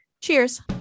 Cheers